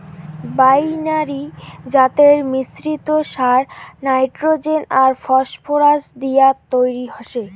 binary জাতের মিশ্রিত সার নাইট্রোজেন আর ফসফরাস দিয়াত তৈরি হসে